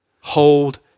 Hold